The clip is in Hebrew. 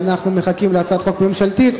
ואנחנו מחכים להצעת חוק ממשלתית.